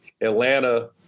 Atlanta